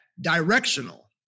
directional